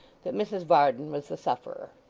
that mrs varden was the sufferer.